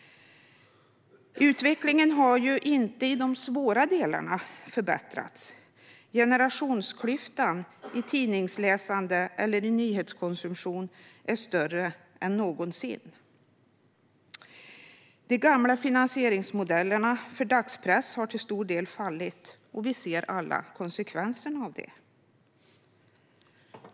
Utvecklingen har inte förbättrats i de svåra delarna. Generationsklyftan i tidningsläsandet och nyhetskonsumtionen är större än någonsin. De gamla finansieringsmodellerna för dagspress har till stor del fallit, och vi ser alla konsekvenserna av detta.